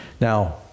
Now